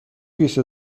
بیست